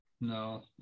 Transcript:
No